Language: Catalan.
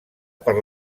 per